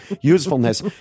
usefulness